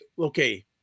okay